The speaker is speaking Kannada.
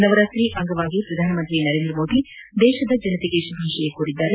ನವರಾತ್ರಿ ಹಬ್ಬದ ಅಂಗವಾಗಿ ಪ್ರಧಾನಮಂತ್ರಿ ನರೇಂದ್ರ ಮೋದಿ ದೇಶದ ಜನತೆಗೆ ಶುಭಕೋರಿದ್ದಾರೆ